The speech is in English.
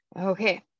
Okay